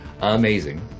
amazing